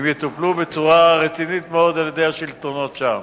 יטופלו בצורה רצינית מאוד על-ידי השלטונות שם.